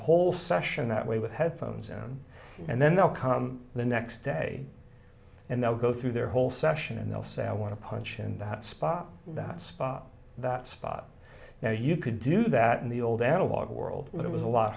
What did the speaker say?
whole session that way with headphones on and then they'll come the next day and they'll go through their whole session and they'll say i want to punch in that spot that spot that spot now you could do that in the old analog world but it was a lot